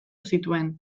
zituen